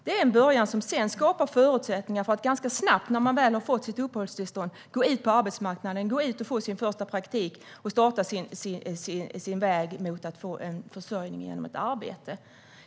Det är en början som sedan skapar förutsättningar för människor att ganska snabbt, när de väl har fått sitt uppehållstillstånd, gå ut på arbetsmarknaden och få sin första praktik och starta sin väg för att få en försörjning genom ett arbete.